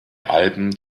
alben